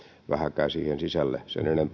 vähänkään enempää siihen sisälle